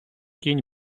кінь